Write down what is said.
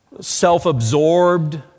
self-absorbed